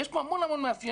יש פה הרבה מאפיינים,